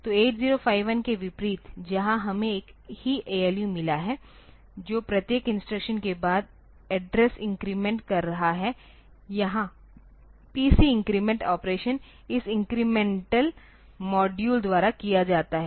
तो 8051 के विपरीत जहां हमें एक ही ALU मिला है जो प्रत्येक इंस्ट्रक्शन के बाद एड्रेस इन्क्रीमेंट कर रहा है यहां PC इन्क्रीमेंट ऑपरेशन इस इंक्रीमेंटल मॉड्यूल द्वारा किया जाता है